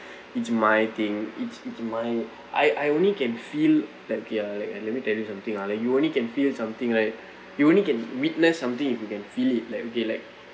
it's my thing it's it's my I I only can feel like we are like and let me tell you something ah like you only can feel something right you only can witness something if you can feel it like okay like